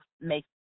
make